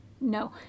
No